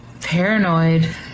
Paranoid